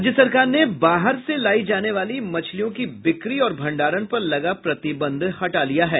राज्य सरकार ने बाहर से लायी जाने वाली मछलियों की बिक्री और भंडारण पर लगा प्रतिबंध हटा लिया है